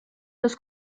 los